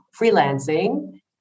freelancing